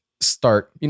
start